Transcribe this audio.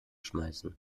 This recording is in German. schmeißen